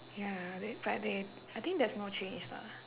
ya they but they I think there's no change lah